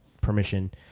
permission